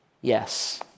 yes